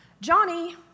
Johnny